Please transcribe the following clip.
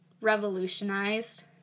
revolutionized